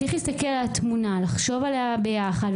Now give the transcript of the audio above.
צריך להסתכל על התמונה, לחשוב עליה ביחד.